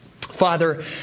Father